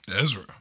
Ezra